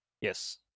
Yes